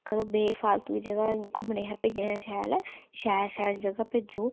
घरूं बे फालतू जगहा घुमने शैल ऐ शैल शैल जगहा भेजो